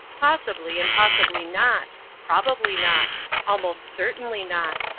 possibly and possibly not probably not almost certainly not.